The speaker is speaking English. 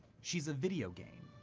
she's a video game.